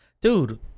Dude